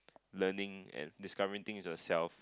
learning and discovering things yourself